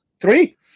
Three